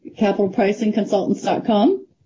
capitalpricingconsultants.com